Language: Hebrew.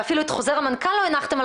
ואפילו את חוזר המנכ"ל לא הנחתם על